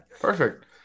perfect